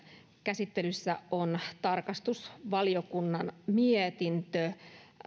käsittelyssä on tarkastusvaliokunnan mietintö